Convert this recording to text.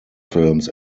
films